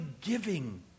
giving